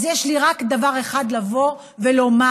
יש לי רק דבר אחד לבוא ולומר: